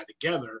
together